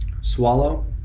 swallow